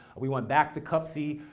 we went back to cup c.